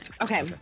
Okay